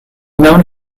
mewn